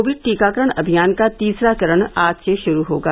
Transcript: Covid टीकाकरण अभियान का तीसरा चरण आज से शुरू होगा